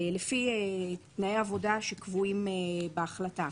לפי תנאי עבודה שקבועים בהחלטה.